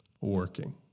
working